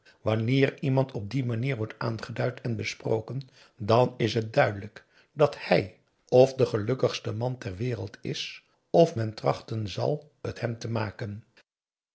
wanneer iemand op die manier wordt aangeduid en besproken dan is het duidelijk dat hij f de gelukkigste man ter wereld is f men trachten zal het hem te maken